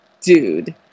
dude